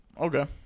Okay